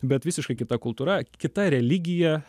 bet visiškai kita kultūra kita religija